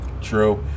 True